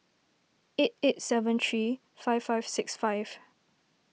eight eight seven three five five six five